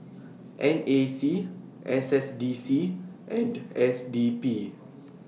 N A C S S D C and S D P